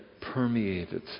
permeated